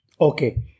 Okay